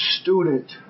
student